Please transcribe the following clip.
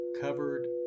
covered